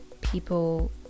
people